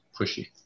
pushy